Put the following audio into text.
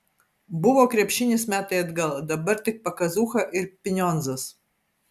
buvo krepšinis metai atgal dabar tik pakazucha ir pinionzas